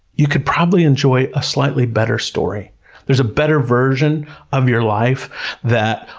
you could probably enjoy a slightly better story there's a better version of your life that,